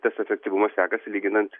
tas efektyvumas sekasi lyginant